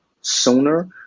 sooner